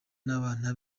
n’abana